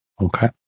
Okay